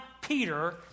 Peter